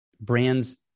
Brands